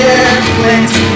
airplanes